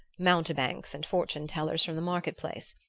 mountebanks and fortune-tellers from the market-place,